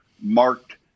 marked